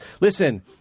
listen